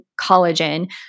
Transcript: collagen